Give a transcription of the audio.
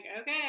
okay